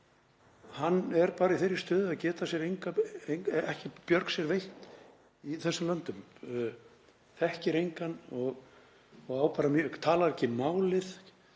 hópur er bara í þeirri stöðu að geta enga björg sér veitt í þessum löndum, þekkir engan og talar ekki málið.